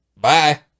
bye